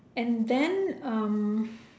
and then um